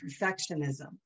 perfectionism